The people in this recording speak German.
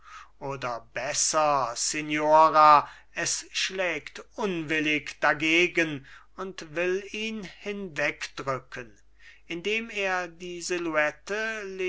oder besser signora es schlägt unwillig dagegen und will ihn hinwegdrücken indem er die silhouette